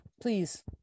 please